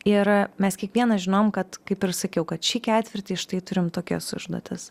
ir mes kiekvienas žinojom kad kaip ir sakiau kad šį ketvirtį štai turim tokias užduotis